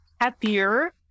happier